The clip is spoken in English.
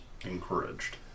encouraged